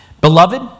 Beloved